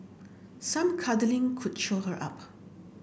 some cuddling could cheer her up